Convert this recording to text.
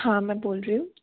हाँ मैं बोल रही हूँ